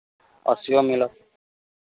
अस्सिओमे मिलत